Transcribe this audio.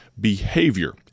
behavior